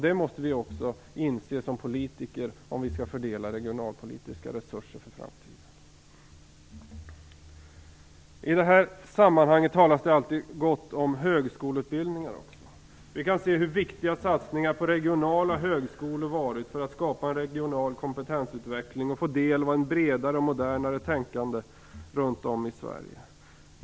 Det måste vi politiker också inse om vi skall fördela regionalpolitiska resurser för framtiden. I detta sammanhang talas det alltid gott om högskoleutbildningen. Vi kan se hur viktiga satsningar på regionala högskolor varit när det gällt att skapa en regional kompetensutveckling och att få del av ett bredare och modernare tänkande runt om i Sverige.